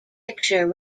picture